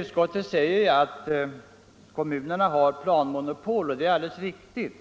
Utskottet hänvisar dock till att kommunerna har planmonopol, och det är i och för sig alldeles riktigt.